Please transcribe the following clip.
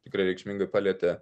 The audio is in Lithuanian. tikrai reikšmingai palietė